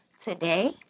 today